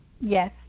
Yes